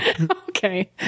Okay